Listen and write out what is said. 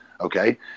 Okay